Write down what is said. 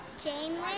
Janeway